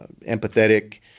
empathetic